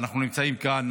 אנחנו נמצאים כאן,